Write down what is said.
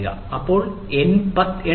ഇപ്പോൾ 80 വി